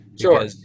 Sure